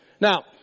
Now